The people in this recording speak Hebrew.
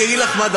אני אגיד לך מה,